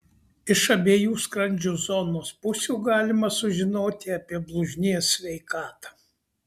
iš abiejų skrandžio zonos pusių galima sužinoti apie blužnies sveikatą